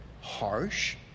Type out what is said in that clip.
harsh